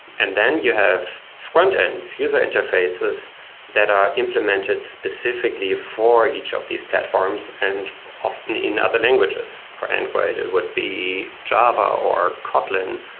and then you have frontends, user interfaces that are implemented specifically for each of these platforms and often in other languages. for android, it would be java or kotlin.